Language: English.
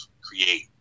create